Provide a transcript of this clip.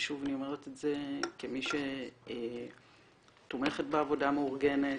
ושוב אני אומרת את זה כמי שתומכת בעבודה המאורגנת,